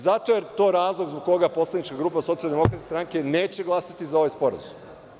Zato je to razlog zbog koga poslanička grupa Socijaldemokratske stranke neće glasati za ovaj sporazum.